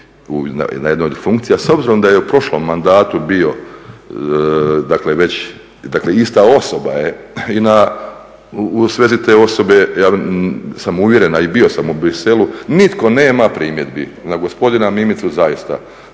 na jednoj od funkcija s obzirom da je u prošlom mandatu bio, dakle ista osoba je, u svezi te osobe, ja sam uvjeren, a i bio sam u Bruxellesu, nitko nema primjedbi na gospodina Mimicu zaista,